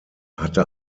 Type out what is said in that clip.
hatte